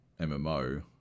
mmo